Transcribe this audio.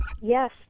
Yes